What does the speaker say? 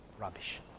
Rubbish